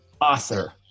author